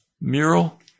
mural